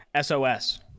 SOS